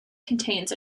contains